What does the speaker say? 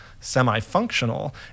semi-functional